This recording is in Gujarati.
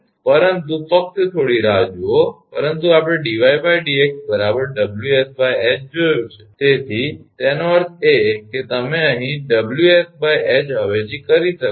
પરંતુ ફક્ત થોડી રાહ જુઓ પરંતુ આપણે 𝑑𝑦𝑑𝑥 𝑊𝑠𝐻 જોયું છે તેથી તેનો અર્થ એ કે તમે અહીં 𝑊𝑠𝐻 અવેજી કરી શકો છો